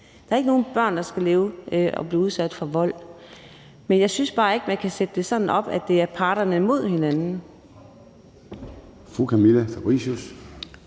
Der er ikke nogen børn, der skal leve i og blive udsat for vold. Men jeg synes bare ikke, at man kan sætte det sådan op, at det er parterne mod hinanden.